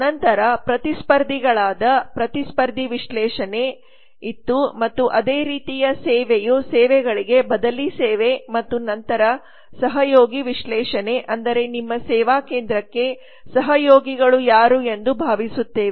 ನಂತರ ಪ್ರತಿಸ್ಪರ್ಧಿಗಳಾದ ಪ್ರತಿಸ್ಪರ್ಧಿ ವಿಶ್ಲೇಷಣೆ ಇತ್ತು ಮತ್ತು ಅದೇ ರೀತಿಯ ಸೇವೆಯು ಸೇವೆಗಳಿಗೆ ಬದಲಿ ಸೇವೆ ಮತ್ತು ನಂತರ ಸಹಯೋಗಿ ವಿಶ್ಲೇಷಣೆ ಅಂದರೆ ನಿಮ್ಮ ಸೇವಾ ಕೇಂದ್ರಕ್ಕೆ ಸಹಯೋಗಿಗಳು ಯಾರು ಎಂದು ಭಾವಿಸುತ್ತೇವೆ